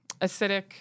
acidic